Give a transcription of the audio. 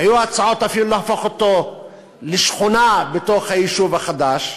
היו הצעות אפילו להפוך אותו לשכונה בתוך היישוב החדש.